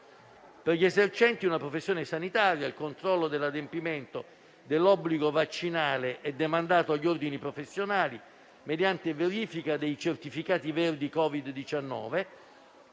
Per gli esercenti una professione sanitaria, il controllo dell'adempimento dell'obbligo vaccinale è demandato agli ordini professionali, mediante verifica dei certificati verdi Covid-19